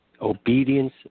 Obedience